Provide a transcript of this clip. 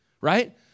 right